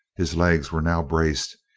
his legs were now braced,